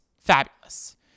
fabulous